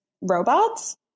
robots